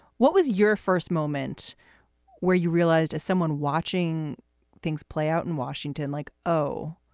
what was your first moment where you realized as someone watching things play out in washington, like, oh,